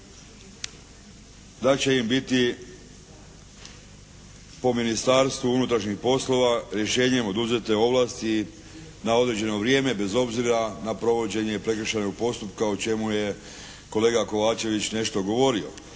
da će im biti po Ministarstvu unutrašnjih poslova rješenjem oduzete ovlasti na određeno vrijeme bez obzira na provođenje prekršajnog postupka o čemu je kolega Kovačević nešto govorio.